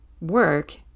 work